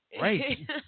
Right